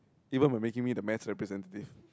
even by making me the math representative